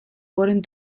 foren